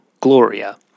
Gloria